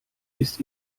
ist